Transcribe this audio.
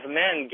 men